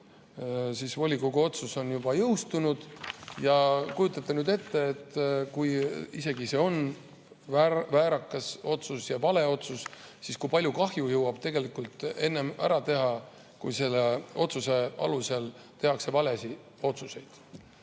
see volikogu otsus juba jõustunud. Kujutage nüüd ette, et kui see on tõesti väärakas otsus ja vale otsus, siis kui palju kahju jõuab see tegelikult enne ära teha, kui selle otsuse alusel tehakse valesid otsuseid.